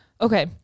Okay